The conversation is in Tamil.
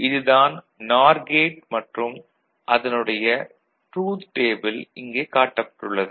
இது தான் நார் கேட் மற்றும் அதனுடைய ட்ரூத் டேபிள் இங்கே காட்டப்பட்டுள்ளது